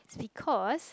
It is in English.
because